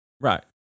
Right